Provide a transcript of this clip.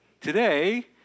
Today